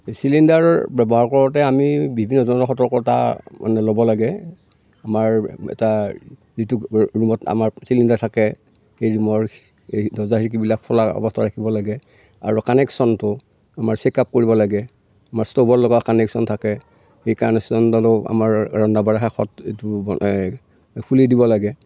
চিলিণ্ডাৰৰ ব্যৱহাৰ কৰোঁতে আমি বিভিন্ন ধৰণৰ সতৰ্কতা মানে ল'ব লাগে আমাৰ এটা যিটো ৰু ৰুমত আমাৰ চিলিণ্ডাৰ থাকে সেই ৰুমৰ দৰ্জা খিৰিকিবিলাক খোলা অৱস্থাত ৰাখিব লাগে আৰু কানেকচনটো আমাৰ চেক আপ কৰিব লাগে আমাৰ ষ্ট'ভৰ লগত কানেকচন থাকে সেই কানেকচনডালো আমাৰ ৰন্ধা বঢ়া শেষত এইটো মানে খুলি দিব লাগে